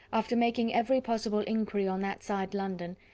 after making every possible inquiry on that side london,